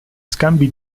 scambi